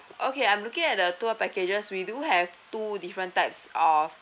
okay I'm looking at the tour packages we do have t~ two different types of